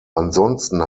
ansonsten